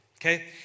okay